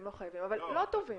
אבל לא טובים,